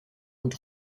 und